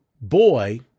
boy